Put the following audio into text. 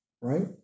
right